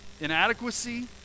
inadequacy